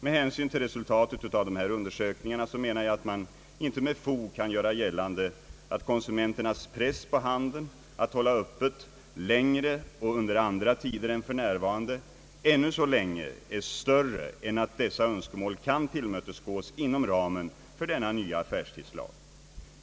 Med hänsyn till resultatet av dessa undersökningar menar jag att man inte med fog kan göra gällande att konsumenternas press på handeln, att hålla öppet längre och under andra tider än för närvarande, ännu så länge är större än att dessa önskemål kan tillmötesgås inom ramen för denna nya affärstidslag.